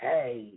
Hey